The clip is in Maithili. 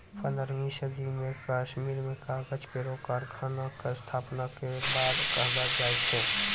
पन्द्रहवीं सदी म कश्मीर में कागज केरो कारखाना क स्थापना के बात कहलो जाय छै